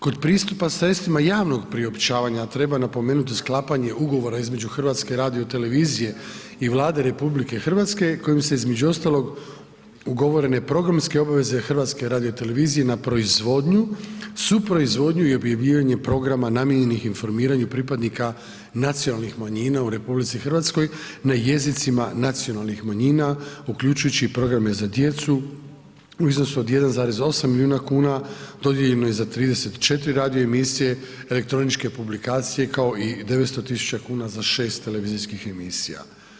Kod pristupa sredstvima javnog priopćavanja treba napomenuti sklapanje ugovora između HRT-a i Vlade RH kojim su između ostalog ugovorene programske obaveze HRT-a na proizvodnju, suproizvodnju i objavljivanje programa namijenjenih informiranju pripadnika nacionalnih manjina u RH na jezicima nacionalnih manjina uključujući i programe za djecu u iznosu od 1,8 milijuna kuna, dodijeljeno je za 34 radio emisije, elektroničke publikacije kao i 900 tisuća kuna za 6 televizijskih emisija.